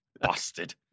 Bastard